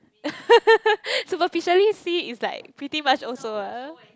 superficially see is like pretty much also eh